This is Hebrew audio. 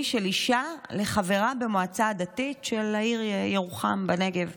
של אישה לחברה במועצה הדתית של העיר ירוחם בנגב.